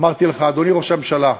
אמרתי לך: אדוני ראש הממשלה,